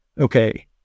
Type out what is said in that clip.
Okay